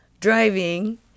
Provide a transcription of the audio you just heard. driving